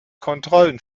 kontrollen